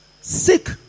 sick